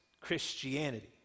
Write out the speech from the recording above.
Christianity